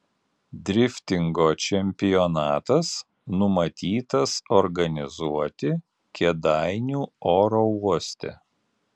driftingo čempionatas numatytas organizuoti kėdainių oro uoste